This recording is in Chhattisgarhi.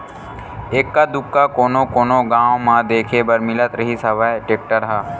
एक्का दूक्का कोनो कोनो गाँव म देखे बर मिलत रिहिस हवय टेक्टर ह